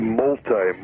multi